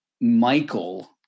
Michael